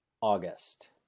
August